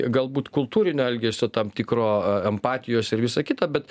galbūt kultūrinio elgesio tam tikro empatijos ir visa kita bet